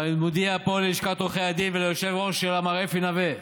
אבל אני מודיע פה ללשכת עורכי הדין וליושב-ראש שלה מר אפי נווה: